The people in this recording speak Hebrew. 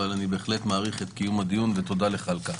אבל אני בהחלט מעריך את קיום הדיון ואני רוצה להודות על כך.